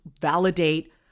validate